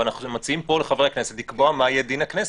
ואנחנו מציעים פה לחברי הכנסת לקבוע מה יהיה דין הכנסת.